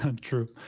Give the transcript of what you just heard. true